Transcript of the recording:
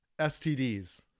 STDs